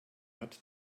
had